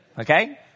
Okay